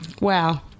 wow